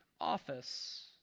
office